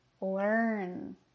learn